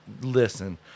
listen